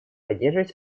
поддерживать